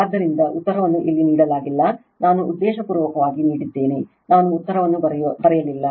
ಆದ್ದರಿಂದ ಉತ್ತರವನ್ನು ಇಲ್ಲಿ ನೀಡಲಾಗಿಲ್ಲ ನಾನು ಉದ್ದೇಶಪೂರ್ವಕವಾಗಿ ನೀಡಿದ್ದೇನೆ ನಾನು ಉತ್ತರವನ್ನು ಬರೆಯಲಿಲ್ಲ